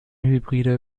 hybride